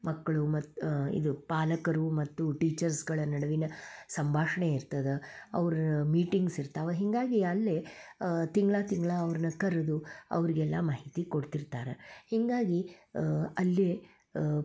ಮಕ್ಕಳು ಮತ್ತು ಇದು ಪಾಲಕರು ಮತ್ತು ಟೀಚರ್ಸ್ಗಳ ನಡುವಿನ ಸಂಭಾಷಣೆ ಇರ್ತದ ಅವರು ಮೀಟಿಂಗ್ಸ್ ಇರ್ತವ ಹೀಗಾಗಿ ಅಲ್ಲಿ ತಿಂಗಳ ತಿಂಗಳ ಅವ್ರ್ನ ಕರ್ದು ಅವ್ರ್ಗೆಲ್ಲ ಮಾಹಿತಿ ಕೊಡ್ತಿರ್ತಾರೆ ಹೀಗಾಗಿ ಅಲ್ಲಿ